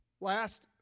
Last